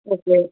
okay